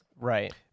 Right